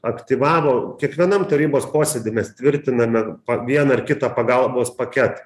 aktyvavo kiekvienam tarybos posėdy mes tvirtiname vieną ar kitą pagalbos paketą